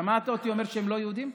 שמעת אותי אומר שהם לא יהודים?